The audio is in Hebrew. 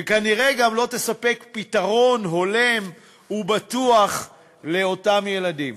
וכנראה גם לא תספק פתרון הולם ובטוח לאותם ילדים.